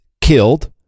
killed